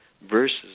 versus